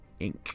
Inc